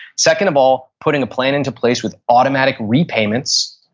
second of all, putting a plan into place with automatic repayments,